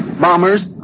bombers